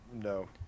No